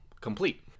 complete